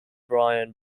brian